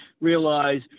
realize